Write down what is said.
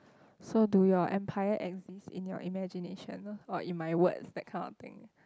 so do your empire exist in your imagination or in my words that kind of thing